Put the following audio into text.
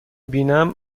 بینم